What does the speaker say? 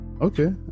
okay